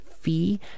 fee